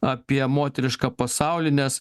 apie moterišką pasaulį nes